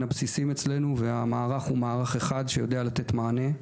הבסיסים אצלנו והמערך הוא מערך אחד שיודע לתת מענה.